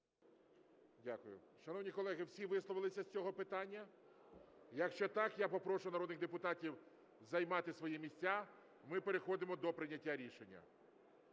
Шановні колеги, всі висловилися з цього питання? Якщо так, я попрошу народних депутатів займати свої місця, ми переходимо до прийняття рішення.